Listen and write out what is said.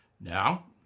Now